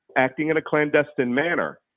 acting in a clandestine manner.